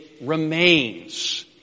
remains